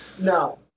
No